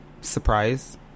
surprise